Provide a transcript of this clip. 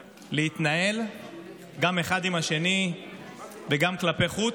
להתנהל גם אחד עם השני וגם כלפי חוץ.